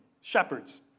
shepherds